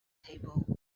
table